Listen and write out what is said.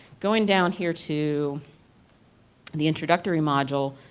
going down here to the introductory module,